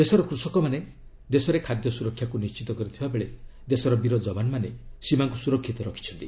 ଦେଶର କୃଷକମାନେ ଦେଶରେ ଖାଦ୍ୟ ସୁରକ୍ଷାକୁ ନିଶ୍ଚିତ କରିଥିବା ବେଳେ ଦେଶର ବୀର ଯବାନମାନେ ସୀମାକୁ ସୁରକ୍ଷିତ ରଖୁଛନ୍ତି